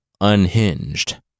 unhinged